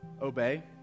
obey